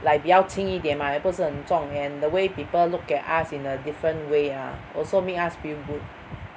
like 比较轻一点 mah 也不是很重 and the way people look at us in a different way ah also make us feel good